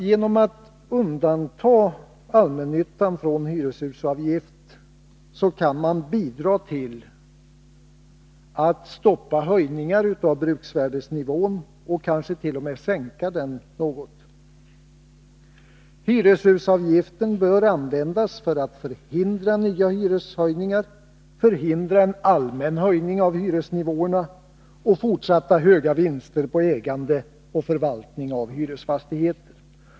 Genom att undanta allmännyttan från hyreshusavgift kan man bidra till att stoppa höjningar av bruksvärdesnivån och kanske t.o.m. sänka den något. Hyreshusavgiften bör användas för att förhindra nya hyreshöjningar, förhindra en allmän höjning av hyresnivåerna och fortsatta höga vinster på ägande och förvaltning av hyresfastigheter.